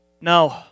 No